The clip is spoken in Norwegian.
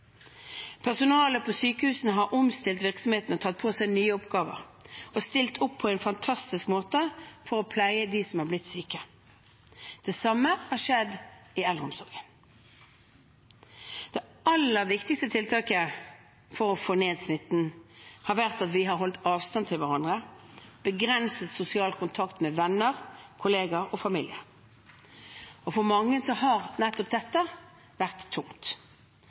Personalet på sykehusene har omstilt virksomheten, tatt på seg nye oppgaver og stilt opp på en fantastisk måte for å pleie dem som har blitt syke. Det samme har skjedd i eldreomsorgen. Det aller viktigste tiltaket for å få ned smitten har vært at vi har holdt avstand til hverandre og begrenset sosial kontakt med venner, kolleger og familie. For mange har nettopp dette vært tungt.